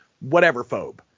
whatever-phobe